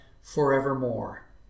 forevermore